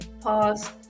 pause